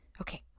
Okay